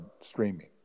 streaming